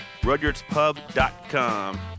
rudyardspub.com